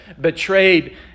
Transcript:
betrayed